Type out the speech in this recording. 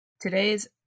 Today's